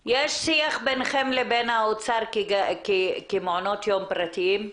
יש שיח ביניכם לבין האוצר כמעונות יום פרטיים?